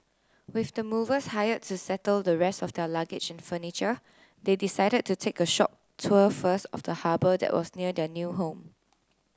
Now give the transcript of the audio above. with the movers hired to settle the rest of their luggage and furniture they decided to take a short tour first of the harbour that was near their new home